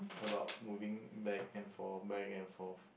about moving back and forth back and forth